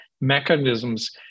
mechanisms